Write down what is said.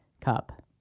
cup